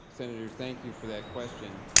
senator, thank you for that question.